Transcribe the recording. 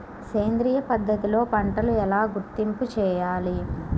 సేంద్రియ పద్ధతిలో పంటలు ఎలా గుర్తింపు చేయాలి?